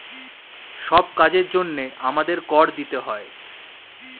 সব কাজের জন্যে আমাদের কর দিতে হয়